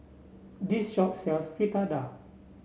this shop sells Fritada